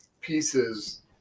pieces